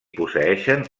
posseeixen